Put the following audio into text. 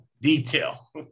detail